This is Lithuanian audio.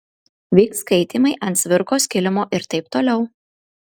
vyks skaitymai ant cvirkos kilimo ir taip toliau